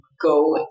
go